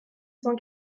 cent